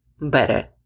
better